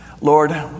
Lord